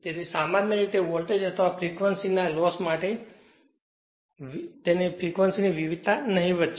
તેથી સામાન્ય રીતે વોલ્ટેજ અથવા ફ્રેક્વન્સી ની વિવિધતા નહિવત્ છે